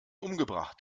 umgebracht